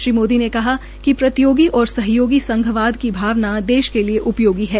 श्री मोदी ने कहा कि प्रतियोगी और सहयोगी संघवाद की भावना देश के लिए उपयोगी है